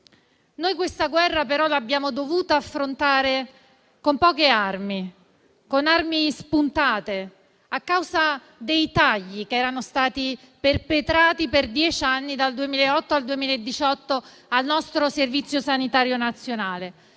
Noi questa guerra però l'abbiamo dovuta affrontare con poche armi, con armi spuntate, a causa dei tagli che erano stati perpetrati per dieci anni, dal 2008 al 2018, al nostro Servizio sanitario nazionale.